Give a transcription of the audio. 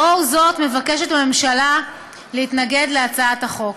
בשל זאת, מבקשת הממשלה להתנגד להצעת החוק.